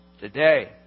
today